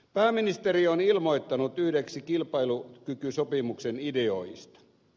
pääministeri on ilmoittautunut yhdeksi kilpailukykysopimuksen ideoijista